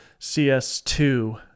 CS2